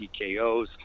TKOs